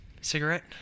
Cigarette